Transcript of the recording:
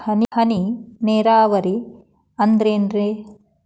ಹನಿ ನೇರಾವರಿ ಅಂದ್ರೇನ್ರೇ?